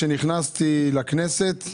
כשרק נכנסתי לכנסת,